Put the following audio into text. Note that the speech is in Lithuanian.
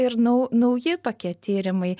ir nau nauji tokie tyrimai